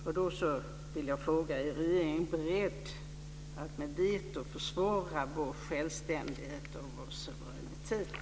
Jag vill därför fråga: Är regeringen beredd att med veto försvara vår självständighet och vår suveränitet?